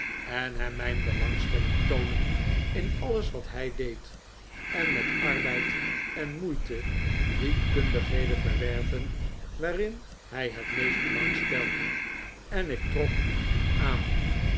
en hem mijn belangstelling toonen in alles wat hij deed en met arbeid en moeite die kundigheden verwerven waarin hij het meeste belang stelde en ik trok hem aan